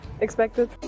expected